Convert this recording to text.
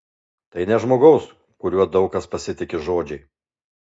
tai ne žmogaus kuriuo daug kas pasitiki žodžiai